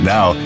Now